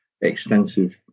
extensive